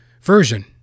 version